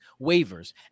waivers